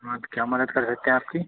हाँ तो क्या मदद कर सकते हैं आपकी